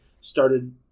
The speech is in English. started